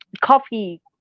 coffee